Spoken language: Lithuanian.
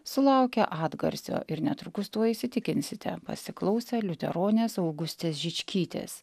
sulaukia atgarsio ir netrukus tuo įsitikinsite pasiklausę liuteronės augustės žičkytės